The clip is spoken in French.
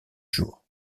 jours